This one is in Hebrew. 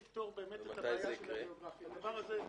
מתי זה יקרה?